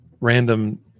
random